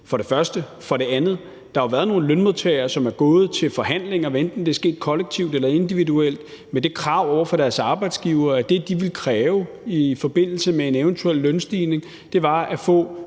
er det første. For det andet: Der har jo været nogle lønmodtagere, som er gået til forhandlinger, hvad enten det er sket kollektivt eller individuelt, med det krav over for deres arbejdsgiver, at det, de vil kræve i forbindelse med en eventuel lønstigning, var at få